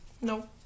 No